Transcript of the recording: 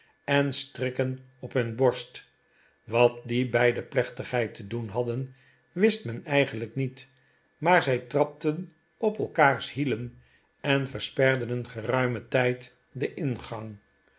en strikken op hun borst wat die bij de plechtigheid te doen hadden wist men eigenlijk niet maar zij trapten op elkaars hielen en versperden een geruimen tijd den ingang